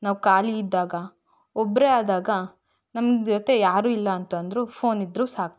ನಾವು ಖಾಲಿ ಇದ್ದಾಗ ಒಬ್ಬರೇ ಆದಾಗ ನಮ್ಮ ಜೊತೆ ಯಾರೂ ಇಲ್ಲಾನ್ತಂದರೂ ಫೋನ್ ಇದ್ದರೂ ಸಾಕು